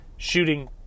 shooting